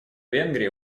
венгрии